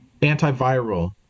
antiviral